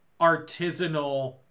artisanal